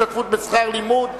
השתתפות בשכר לימוד),